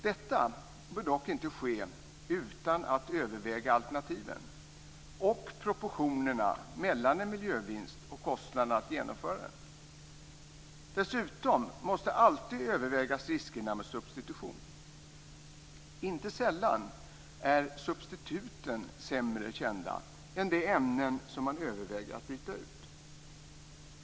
Detta bör dock inte ske utan att man överväger alternativen och proportionerna mellan en miljövinst och kostnaderna för att genomföra den. Dessutom måste man alltid överväga riskerna med substitution. Inte sällan är substituten sämre kända än de ämnen som man överväger att byta ut.